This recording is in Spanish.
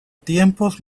tiempos